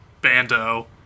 Bando